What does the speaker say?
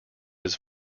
his